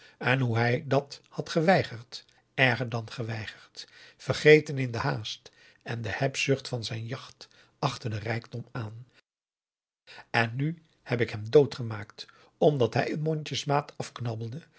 en hoe hij dat had geweigerd erger dan geweigerd vergeten in de haast en de hebzucht van zijn jacht achter den rijkdom aan augusta de wit orpheus in de dessa en nu heb ik hem doodgemaakt omdat hij een mondjesmaat